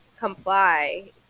comply